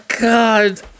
God